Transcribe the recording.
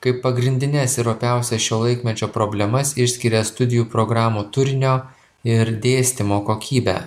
kaip pagrindines ir opiausias šio laikmečio problemas išskiria studijų programų turinio ir dėstymo kokybę